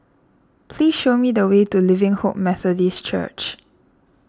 please show me the way to Living Hope Methodist Church